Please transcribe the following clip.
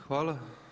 Hvala.